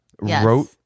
wrote